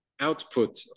output